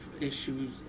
issues